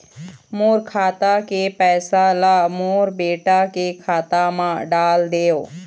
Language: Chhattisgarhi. मोर खाता के पैसा ला मोर बेटा के खाता मा डाल देव?